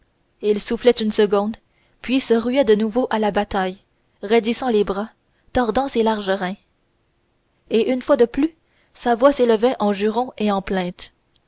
il soufflait une seconde puis se ruait de nouveau à la bataille raidissant les bras tordant ses larges reins et une fois de plus sa voix s'élevait en jurons et en plaintes